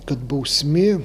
kad bausmė